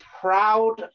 proud